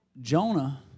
Jonah